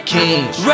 Kings